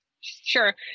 sure